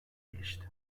geçti